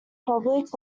public